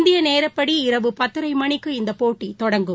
இந்தியநேரப்படி இரவு பத்தரைமணிக்கு இந்தபோட்டிதொடங்கும்